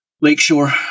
lakeshore